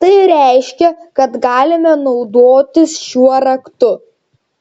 tai reiškia kad galime naudotis šiuo raktu